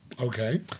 Okay